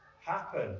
happen